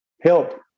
help